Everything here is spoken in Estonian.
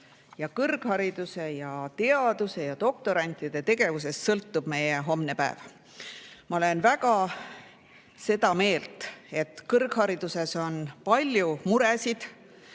ja kõrghariduse ja teaduse ja doktorantide tegevusest sõltub meie homne päev. Ma olen väga seda meelt, et kõrghariduses on palju muresid.